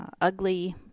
ugly